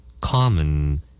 common